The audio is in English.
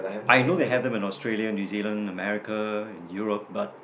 I know they have them in Australia New Zealand America Europe but